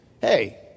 Hey